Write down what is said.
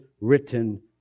written